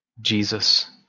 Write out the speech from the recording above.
Jesus